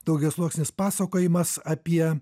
daugiasluoksnis pasakojimas apie